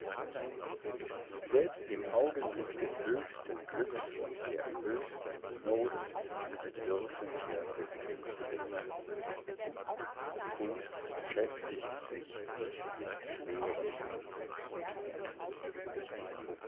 selbst im augenblick des höchsten glücks und der höchsten not bedürfen wir des künstlers die kunst beschäftigt sich mit dem schweren und guten